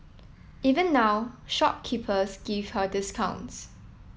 even now shopkeepers give her discounts